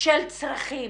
של צרכים